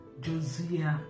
Josiah